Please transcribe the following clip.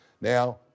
now